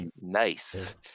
Nice